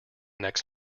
next